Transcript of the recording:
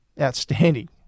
outstanding